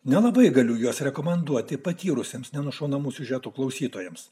nelabai galiu juos rekomenduoti patyrusiems neužšaunamų siužetų klausytojams